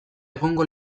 egongo